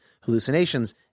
hallucinations